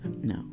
no